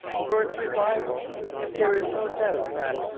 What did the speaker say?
for its revival there is no doubt that,